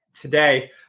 today